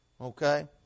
Okay